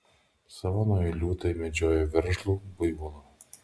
savanoje liūtai medžiojo veržlų buivolą